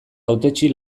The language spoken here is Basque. hautetsi